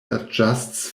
adjusts